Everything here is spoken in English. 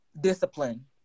discipline